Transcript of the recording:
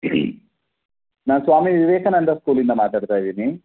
ನಾನು ಸ್ವಾಮಿ ವಿವೇಕಾನಂದ ಸ್ಕೂಲಿಂದ ಮಾತಾಡ್ತಾ ಇದ್ದೀನಿ